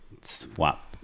swap